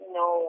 no